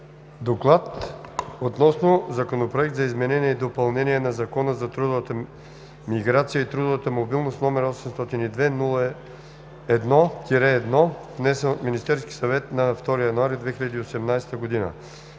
гласуване Законопроект за изменение и допълнение на Закона за трудовата миграция и трудовата мобилност, № 802-01-1, внесен от Министерския съвет на 2 януари 2018 г.“